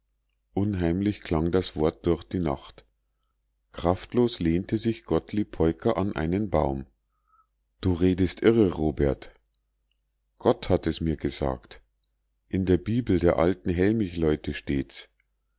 unheimlich klang das wort durch die nacht kraftlos lehnte sich gottlieb peuker an einen baum du redest irre robert gott hat es mir gesagt in der bibel der alten hellmichleute steht's